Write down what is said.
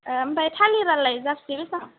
ओ ओमफ्राय थालिरालाय जाबसेआव बेसां